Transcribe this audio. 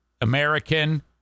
American